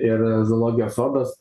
ir zoologijos sodas